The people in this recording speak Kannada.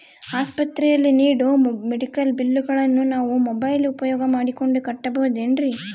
ಆಸ್ಪತ್ರೆಯಲ್ಲಿ ನೇಡೋ ಮೆಡಿಕಲ್ ಬಿಲ್ಲುಗಳನ್ನು ನಾವು ಮೋಬ್ಯೆಲ್ ಉಪಯೋಗ ಮಾಡಿಕೊಂಡು ಕಟ್ಟಬಹುದೇನ್ರಿ?